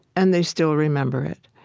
and they still remember it.